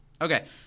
Okay